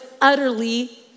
utterly